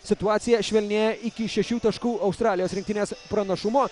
situacija švelnėja iki šešių taškų australijos rinktinės pranašumo